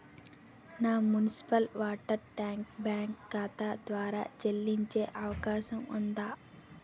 నా municipal water tax bank ఖాతా ద్వారా చెల్లించే అవకాశం ఉందా?